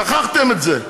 שכחתם את זה.